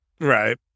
Right